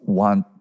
want